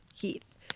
Heath